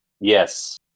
Yes